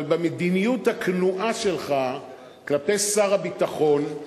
אבל במדיניות הכנועה שלך כלפי שר הביטחון,